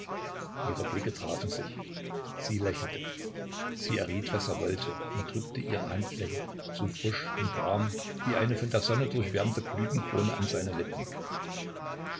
ihre blicke trafen sich sie lächelte sie erriet was er wollte und drückte ihre handfläche so frisch und warm wie eine von der sonne durchwärmte blütenkrone an seine lippen